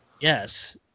Yes